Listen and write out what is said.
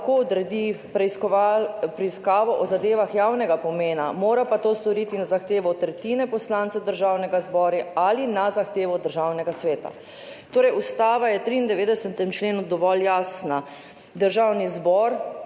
odredi preiskavo o zadevah javnega pomena, mora pa to storiti na zahtevo tretjine poslancev Državnega zbora ali na zahtevo Državnega sveta. Torej, Ustava je v 93. členu dovolj jasna – Državni zbor